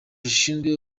rushinzwe